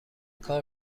کار